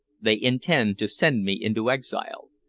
they intend to send me into exile.